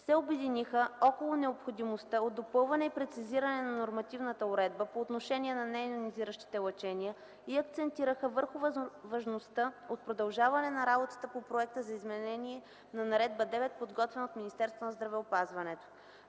се обединиха около необходимостта от допълване и прецизиране на нормативната уредба по отношение на нейонизиращите лъчения и акцентираха върху важността от продължаване на работата по проекта за изменение на Наредба № 9, подготвян от Министерството на здравеопазването.